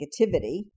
negativity